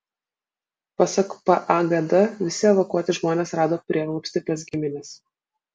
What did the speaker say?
pasak pagd visi evakuoti žmonės rado prieglobstį pas gimines